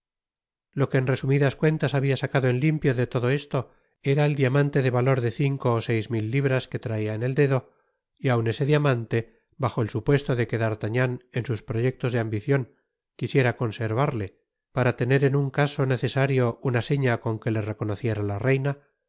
lo que en resumidas cuentas habia sacado en limpio de todo esto era el diamante de valor de cinco ó seis mil libras que traia en el dedo y aun ese diamante bajo el supuesto de que d'artagnan en sus proyectos de ambicion quisiera conservarle para tener en un caso necesario una seña con que le reconociera la reina